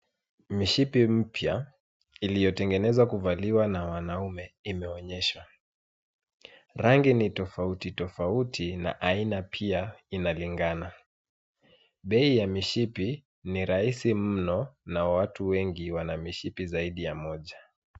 Mishipi mpya iliyotengenezwa kuvaliwa na wanaume imeonyeshwa. Rangi ni tofauti tofauti na aina pia inalingana. Bei ya mishipi ni rahisi mno na watu wengi wana mishipi zaidi ya moja.